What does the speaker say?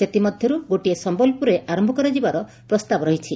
ସେଥିମଧ୍ୟରୁ ଗୋଟିଏ ସମ୍ୟଲପୁରଠାରେ ଆରମ୍ କରାଯିବାର ପ୍ରସ୍ତାବ ରହିଛି